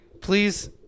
please